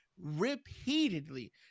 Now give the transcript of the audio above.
repeatedly